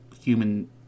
human